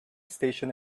station